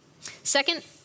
Second